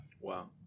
Wow